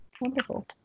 Wonderful